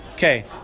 Okay